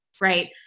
right